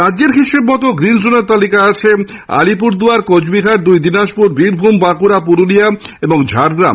রাজ্যের হিসেবে মতো গ্রীণ জোনের তালিকায় আছে আলিপুরদুয়ার কোচবিহার দুই দিনাজপুর বীরভূম বাঁকুড়া পুরুলিয়া ও ঝাড়গ্রাম